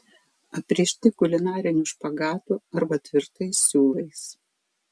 aprišti kulinariniu špagatu arba tvirtais siūlais